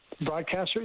broadcasters